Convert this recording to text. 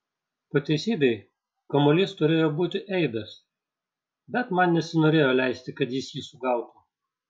po teisybei kamuolys turėjo būti eibės bet man nesinorėjo leisti kad jis jį sugautų